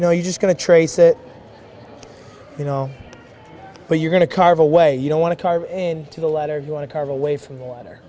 you know you're just going to trace it you know where you're going to carve away you don't want to talk to the letter you want to carve away from the water